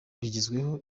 ikibi